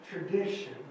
tradition